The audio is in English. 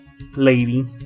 lady